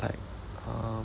like uh